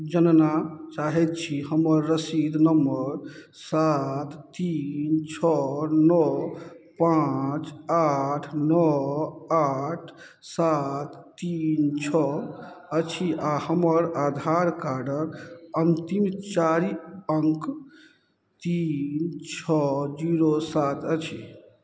जनना चाहै छी हमर रसीद नम्बर सात तीन छओ नओ पाँच आठ नओ आठ सात तीन छओ अछि आओर हमर आधार कार्डके अन्तिम चारि अङ्क तीन छओ जीरो सात अछि